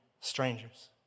strangers